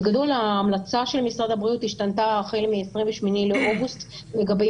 בגדול ההמלצה של משרד הבריאות השתנתה החל מ-28 באוגוסט לגבי